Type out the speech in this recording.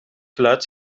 geluid